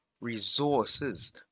resources